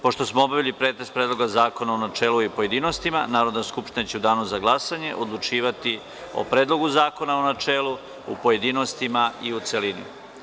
Pošto smo obavili pretres Predloga zakona u načelu i u pojedinostima, Narodna skupština će u danu za glasanje odlučivati o Predlogu zakona u načelu, pojedinostima i celini.